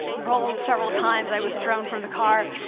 rolled several times. i was thrown from the car.